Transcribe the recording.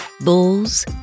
bulls